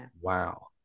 Wow